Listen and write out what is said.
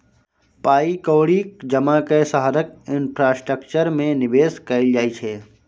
पाइ कौड़ीक जमा कए शहरक इंफ्रास्ट्रक्चर मे निबेश कयल जाइ छै